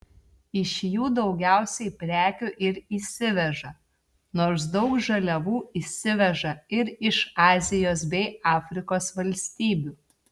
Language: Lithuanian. iš jų daugiausiai prekių ir įsiveža nors daug žaliavų įsiveža ir iš azijos bei afrikos valstybių